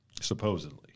supposedly